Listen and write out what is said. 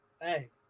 Hey